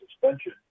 suspension